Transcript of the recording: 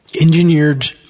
Engineered